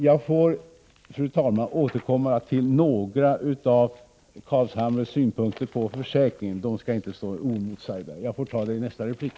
Jag får, fru talman, återkomma till några av Carlshamres synpunkter på försäkringen — de skall inte stå oemotsagda. Detta får jag ta i nästa replik.